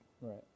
Right